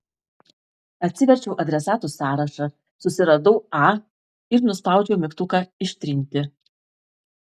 atsiverčiau adresatų sąrašą susiradau a ir nuspaudžiau mygtuką ištrinti